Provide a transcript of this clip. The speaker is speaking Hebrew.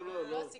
זה לא הסיכום.